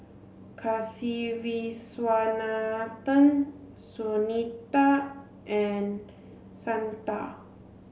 Kasiviswanathan Sunita and Santha